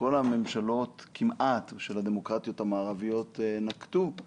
כמעט כל הממשלות של הדמוקרטיות המערביות נקטו בכך